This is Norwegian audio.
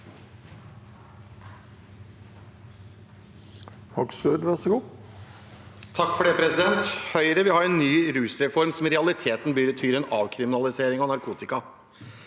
Høyre vil ha en ny rusreform, som i realiteten betyr en avkriminalisering av narkotika.